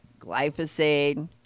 glyphosate